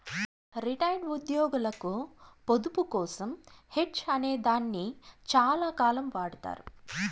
retired ఉద్యోగులకు పొదుపు కోసం హెడ్జ్ అనే దాన్ని చాలాకాలం వాడతారు